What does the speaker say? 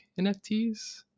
NFTs